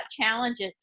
challenges